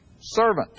servant